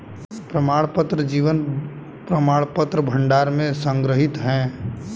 प्रमाणपत्र जीवन प्रमाणपत्र भंडार में संग्रहीत हैं